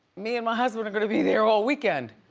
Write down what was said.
me and my husband are gonna be there all weekend.